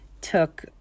took